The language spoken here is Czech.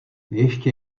ještě